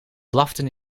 blaffen